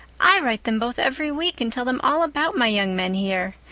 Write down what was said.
i write them both every week and tell them all about my young men here.